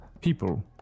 people